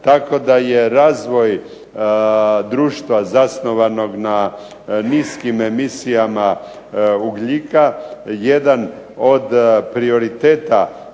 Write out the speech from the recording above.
Tako da je razvoj društva zasnovanog na niskim emisijama ugljika jedan od prioriteta